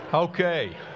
Okay